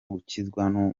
gukizwa